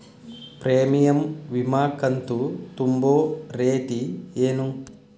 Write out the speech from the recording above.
Premium ವಿಮಾ ಕಂತು ತುಂಬೋ ರೇತಿ ಏನು?